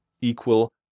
equal